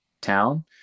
town